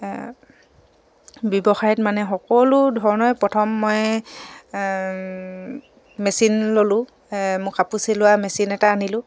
ব্যৱসায়ত মানে সকলো ধৰণৰ প্ৰথম মই মেচিন ল'লোঁ মোৰ কাপোৰ চিলোৱা মেচিন এটা আনিলোঁ